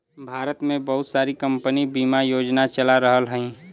भारत में बहुत सारी कम्पनी बिमा योजना चला रहल हयी